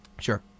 Sure